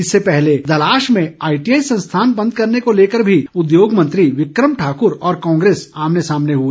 इससे पहले दलाश में आईटीआई संस्थान बंद करने को लेकर भी उद्योगमंत्री विक्रम ठाकुर और कांग्रेस आमने सामने हए